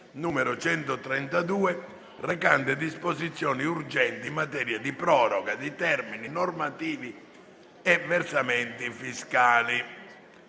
n. 132, re- cante disposizioni urgenti in materia di proroga di termini normativi e ver- samenti fiscali